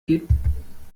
geben